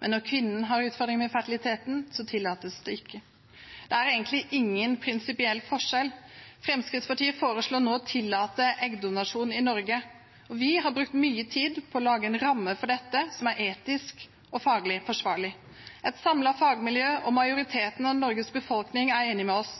men når kvinnen har utfordringer med fertiliteten, tillates ikke eggdonasjon. Det er egentlig ingen prinsipiell forskjell. Fremskrittspartiet foreslår nå å tillate eggdonasjon i Norge, og vi har brukt mye tid på å lage en ramme for dette som er etisk og faglig forsvarlig. Et samlet fagmiljø og majoriteten av Norges befolkning er enig med oss.